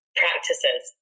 practices